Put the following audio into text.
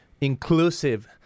inclusive